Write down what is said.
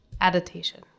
Adaptation